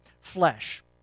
flesh